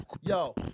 Yo